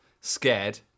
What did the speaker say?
Scared